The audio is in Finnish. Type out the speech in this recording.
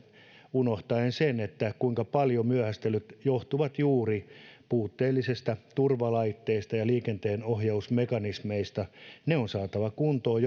unohtaen sen kuinka paljon myöhästelyt johtuvat juuri puutteellisista turvalaitteista ja liikenteenohjausmekanismeista ne on saatava kuntoon